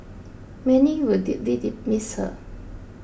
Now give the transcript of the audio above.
many will deeply miss her